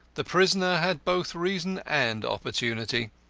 the prisoner had both reason and opportunity.